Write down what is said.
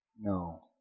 No